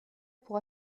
pour